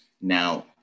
now